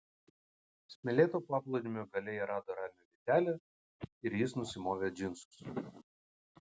smėlėto paplūdimio gale jie rado ramią vietelę ir jis nusimovė džinsus